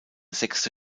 sechste